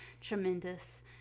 tremendous